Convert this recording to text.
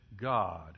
God